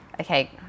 Okay